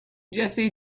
jesse